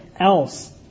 else